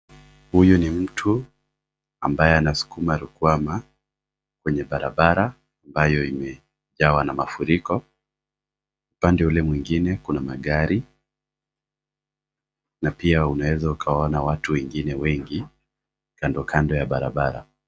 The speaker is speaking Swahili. Huyu ni mtu ambaye anasukuma rukwama kwenye barabara ambayo imejawa na mafuriko. Upande ule mwingine kuna magari, na pia unaeza ukawaona watu wengine wengi kando kando ya barabara.